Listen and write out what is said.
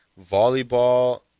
volleyball